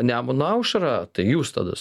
nemuno aušrą tai jūs tada su